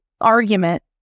argument